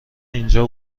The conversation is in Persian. اینجا